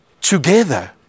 together